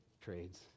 trades